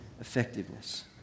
effectiveness